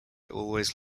always